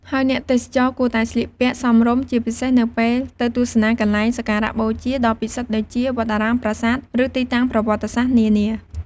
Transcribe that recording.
ហើយអ្នកទេសចរគួរតែ ស្លៀកពាក់សមរម្យ ជាពិសេសនៅពេលទៅទស្សនាកន្លែងសក្ការបូជាដ៏ពិសិដ្ឋដូចជា វត្តអារាម ប្រាសាទ ឬទីតាំងប្រវត្តិសាស្ត្រនានា។